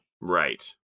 Right